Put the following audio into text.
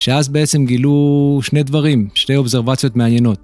שאז בעצם גילו שני דברים, שני אובזרבציות מעניינות.